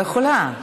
אני לא יכולה.